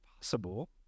possible